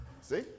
see